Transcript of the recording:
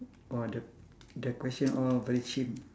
!wah! the the question all very chim